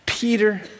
Peter